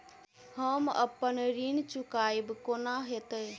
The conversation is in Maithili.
हम अप्पन ऋण चुकाइब कोना हैतय?